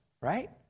right